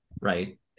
right